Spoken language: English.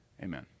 Amen